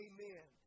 Amen